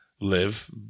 live